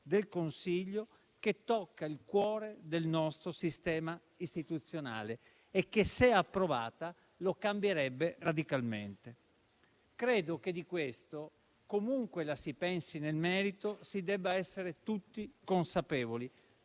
del Consiglio, che tocca il cuore del nostro sistema istituzionale e che, se approvata, lo cambierebbe radicalmente. Credo che di questo, comunque la si pensi nel merito, si debba essere tutti consapevoli,